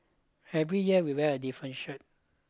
every year we wear a different shirt